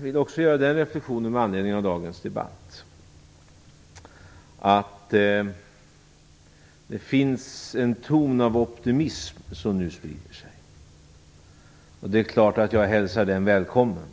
vill också göra den reflexionen med anledning av dagens debatt, att det nu sprider sig en ton av optimism. Det är klart att jag hälsar den välkommen.